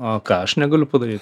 o ką aš negaliu padaryt